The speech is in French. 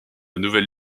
nouvelle